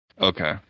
Okay